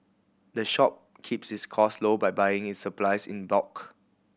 the shop keeps its cost low by buying its supplies in bulk